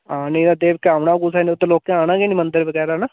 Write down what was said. हां नेईं ते देवके औना नी कुसै उत्थें लोकें आना गै नी मंदिर बगैरा ना